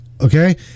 okay